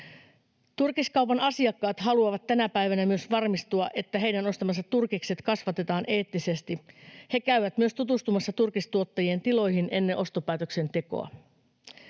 Turkiskaupan asiakkaat haluavat tänä päivänä myös varmistua, että heidän ostamansa turkikset kasvatetaan eettisesti. He käyvät myös tutustumassa turkistuottajien tiloihin ennen ostopäätöksentekoa.